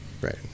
Right